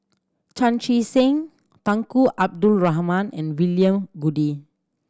Chan Chee Seng Tunku Abdul Rahman and William Goode